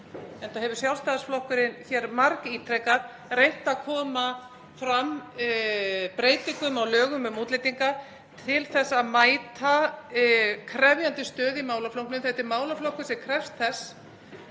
ár, og hefur Sjálfstæðisflokkurinn margítrekað reynt að koma fram breytingum á lögum um útlendinga til að mæta krefjandi stöðu í málaflokknum. Þetta er málaflokkur sem krefst þess.